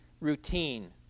routine